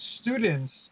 students